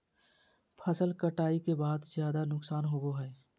फसल कटाई के बाद ज्यादा नुकसान होबो हइ